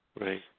Right